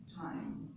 time